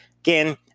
again